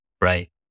Right